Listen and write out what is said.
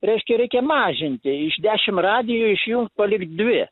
reiškia reikia mažinti iš dešim radijų išjungt palikt dvi